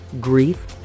grief